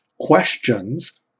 questions